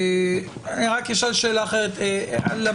אני רק אשאל שאלה אחרת לממונה,